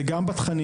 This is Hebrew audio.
זה גם בתכנים